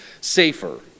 safer